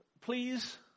please